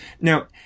Now